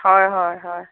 হয় হয় হয়